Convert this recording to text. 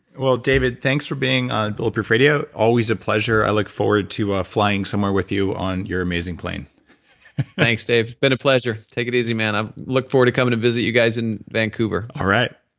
well david, thanks for being on bulletproof radio. always a pleasure. i look forward to ah flying somewhere with you on your amazing plane thanks dave, been a pleasure. take it easy man. i ah look forward to coming to visit you guys in vancouver all right.